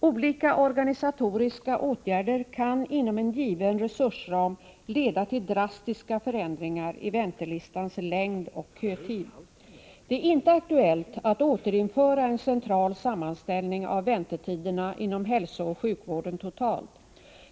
Olika organisatoriska åtgärder kan inom en given resursram leda till drastiska förändringar i väntelistans längd och kötid. Det är inte aktuellt att återinföra en central sammanställning av väntetiderna inom hälsooch sjukvården totalt.